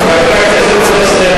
אז תצביע כפי שאתה רוצה.